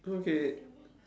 okay